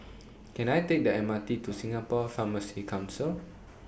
Can I Take The M R T to Singapore Pharmacy Council